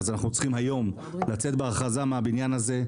אנחנו צריכים היום לצאת בהכרזה מהבניין הזה,